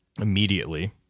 immediately